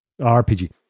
RPG